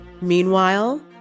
Meanwhile